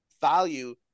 value